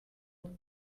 mat